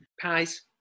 Pies